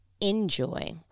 enjoy